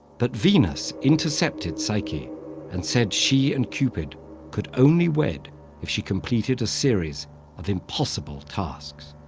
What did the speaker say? but venus intercepted psyche and said she and cupid could only wed if she completed a series of impossible tasks.